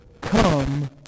come